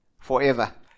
forever